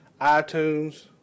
itunes